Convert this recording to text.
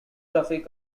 traffic